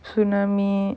tsunami